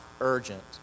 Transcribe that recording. urgent